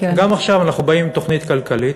גם עכשיו אנחנו באים עם תוכנית כלכלית,